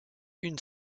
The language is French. une